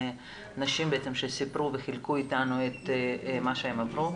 לנשים שסיפקו וחלקו אתנו את מה שהן עברו.